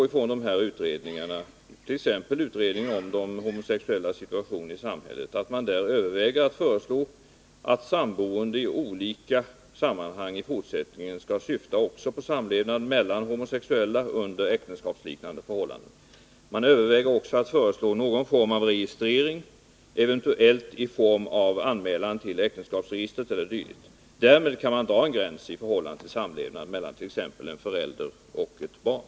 Genom de här utredningarna, t.ex. utredningen om de homosexuellas situation i samhället, har jag fått veta att man överväger att föreslå att samboende i olika sammanhang i fortsättningen skall syfta också på homosexuellas samlevnad under äktenskapsliknande förhållanden. Man överväger också att föreslå någon form av registrering, eventuellt i form av anmälan till äktenskapsregistret e. d. Därmed skulle man kunna dra en gräns, t.ex. när det gäller samlevnad avseende en förälder och ett barn.